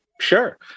Sure